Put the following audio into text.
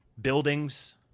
buildings